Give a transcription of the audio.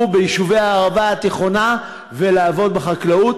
ביישובי הערבה התיכונה ולעבוד בחקלאות,